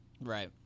Right